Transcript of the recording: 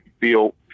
feel